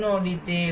ನೋಡಿದ್ದೇವೆ